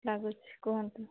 ଲାଗୁଛି କୁହନ୍ତୁ